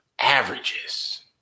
averages